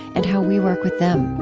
and how we work with them